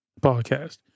podcast